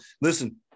Listen